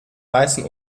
weißen